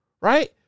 Right